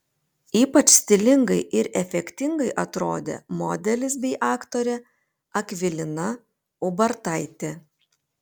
ypač stilingai ir efektingai atrodė modelis bei aktorė akvilina ubartaitė